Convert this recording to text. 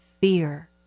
fear